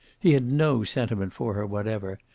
he had no sentiment for her whatever,